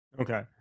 Okay